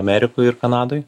amerikoj ir kanadoj